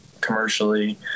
commercially